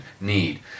need